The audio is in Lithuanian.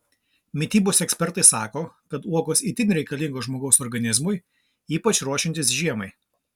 mitybos ekspertai sako kad uogos itin reikalingos žmogaus organizmui ypač ruošiantis žiemai